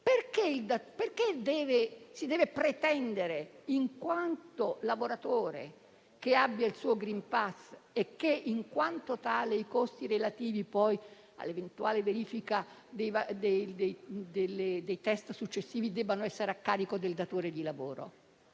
perché si deve pretendere che in quanto lavoratore abbia il suo *green pass* e che i costi relativi all'eventuale verifica dei *test* successivi debbano essere a carico del datore di lavoro?